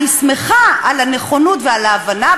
אני שמחה על הנכונות ועל ההבנה,